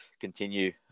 continue